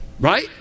Right